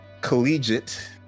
collegiate